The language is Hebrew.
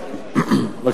מה מציע החוק?